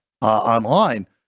online